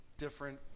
different